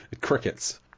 crickets